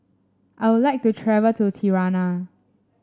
I would like to travel to Tirana